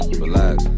relax